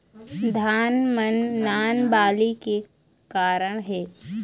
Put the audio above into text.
धान म नान बाली के का कारण हे?